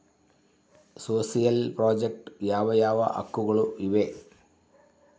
Social project ಯಾವ ಯಾವ ಹಕ್ಕುಗಳು ಇವೆ?